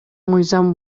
мыйзам